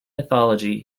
mythology